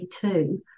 two